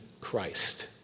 Christ